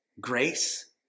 grace